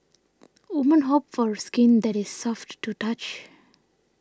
women hope for skin that is soft to the touch